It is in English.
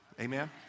Amen